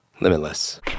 limitless